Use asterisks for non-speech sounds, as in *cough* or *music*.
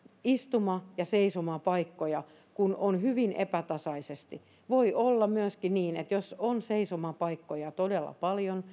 istuma ja seisomapaikkoja on hyvin epätasaisesti voi olla myöskin niin että jos on seisomapaikkoja todella paljon *unintelligible*